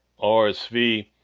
RSV